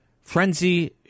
Frenzy